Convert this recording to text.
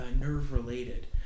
nerve-related